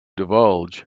divulge